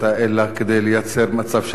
אלא כדי לייצר מצב של הסתה.